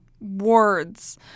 words